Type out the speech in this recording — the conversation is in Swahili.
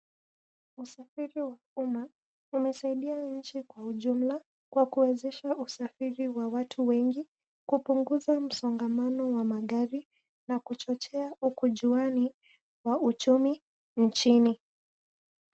Usafiri wa umma umesaidia nchi kwa ujumla kwa kuwezesha usafiri wa watu wengi, kupunguza msongamano wa magari na kuchochea ukujuani wa uchumi nchini.